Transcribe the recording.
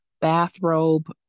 bathrobe